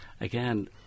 again